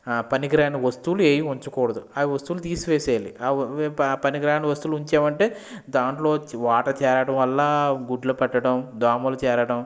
పనికిరాని వస్తువులు ఏవి ఉంచకూడదు వస్తువులు తీసివేసేయాలి ఆ పనికిరాని వస్తువులు ఉంచావంటే దాంట్లో నుంచి వాటర్ చేరడం వల్ల గుడ్లు పెట్టడం దోమలు చేరడం